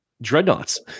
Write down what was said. dreadnoughts